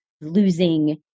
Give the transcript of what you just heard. losing